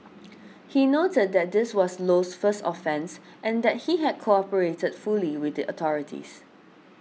he noted that this was Low's first offence and that he had cooperated fully with the authorities